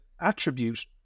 attribute